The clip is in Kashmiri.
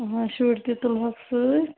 آ شُرۍ تہٕ تُلہوکھ سۭتۍ